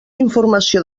informació